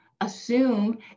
assume